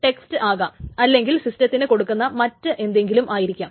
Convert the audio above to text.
അത് ടെക്സ്റ്റ് ആകാം അല്ലെങ്കിൽ സിസ്റ്റത്തിന് കൊടുക്കുന്ന മറ്റ് എന്തെങ്കിലും ആയിരിക്കാം